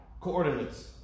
coordinates